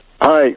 Hi